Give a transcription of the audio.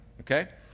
okay